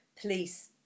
police